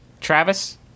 Travis